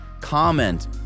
comment